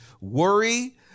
worry